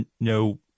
no